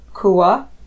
Kua